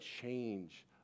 change